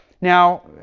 now